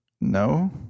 No